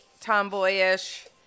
tomboyish